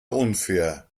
unfair